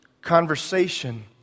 conversation